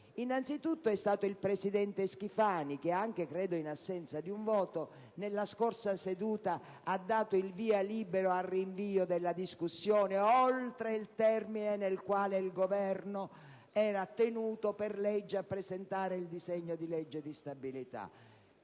Innanzitutto, è stato il presidente Schifani - credo anche in assenza di un voto - che nella scorsa seduta ha dato il via libera al rinvio della discussione oltre il termine nel quale il Governo era tenuto, per legge, a presentare il disegno di legge di stabilità: